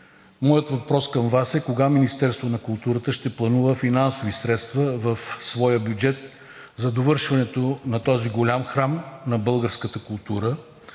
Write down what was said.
моят въпрос към Вас е: кога Министерството на културата ще планува финансови средства в своя бюджет за довършването на този голям храм на българската култура?